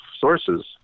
sources